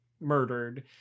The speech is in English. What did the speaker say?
murdered